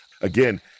again